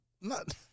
not-